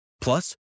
Plus